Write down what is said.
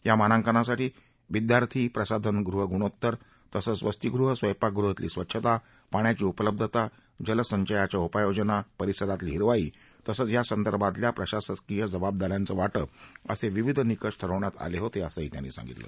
या मानांकनासाठी विद्यार्थी प्रसाधनगृह गुणोत्तर तसंच वसतीगृह स्वयंपाकगृह श्रेली स्वच्छता पाण्याची उपलब्धता जलसंचयाच्या उपाययोजना परिसरातील हिरवाई तसंच यासंदर्भातल्या प्रशासकीय जबाबदा यांच वाटप असे विविध निकष ठरवण्यात आले होते असंही त्यांनी सांगितलं